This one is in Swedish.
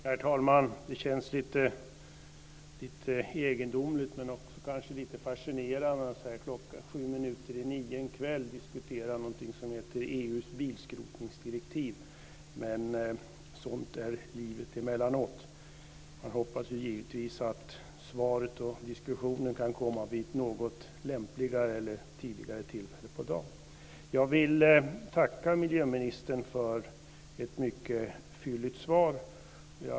Herr talman! Det känns lite egendomligt men kanske också lite fascinerande att sju minuter i nio på kvällen diskutera någonting som heter EU:s bilskrotningsdirektiv. Sådant är livet emellanåt. Jag hoppades givetvis att svaret och diskussionen skulle kunna komma vid ett något lämpligare eller tidigare tillfälle på dagen. Jag vill tacka miljöministern för ett mycket fylligt svar.